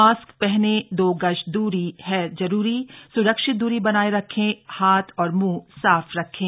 mask पहने दो गज की दूरी है जरूरी सुरक्षित दूरी बनाए रखें हाथ और मुंह साफ रखें